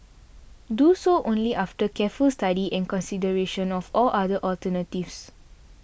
do so only after careful study and consideration of all other alternatives